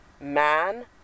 man